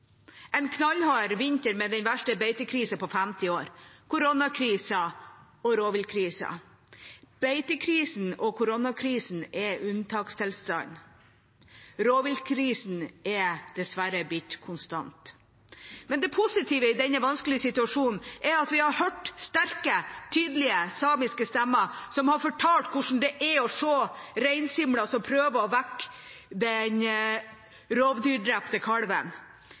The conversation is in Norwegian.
en knallhard vinter med den verste beitekrisa på 50 år, koronakrisa og rovviltkrisa. Beitekrisa og koronakrisa er unntakstilstand. Rovviltkrisa er dessverre blitt konstant. Men det positive i denne vanskelige situasjonen er at vi har hørt sterke, tydelige samiske stemmer som har fortalt om hvordan det er å se reinsimla som prøver å vekke den rovdyrdrepte kalven.